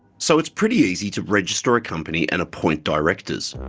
so it's pretty easy to register a company and appoint directors.